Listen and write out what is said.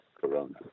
corona